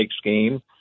scheme